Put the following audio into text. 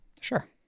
Sure